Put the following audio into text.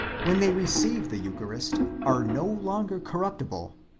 when they receive the eucha rist, are no longer corruptible,